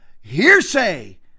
hearsay